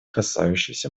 касающейся